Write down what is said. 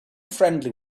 friendly